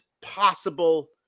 possible